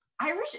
Irish